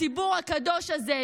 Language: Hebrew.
הציבור הקדוש הזה,